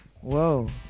Whoa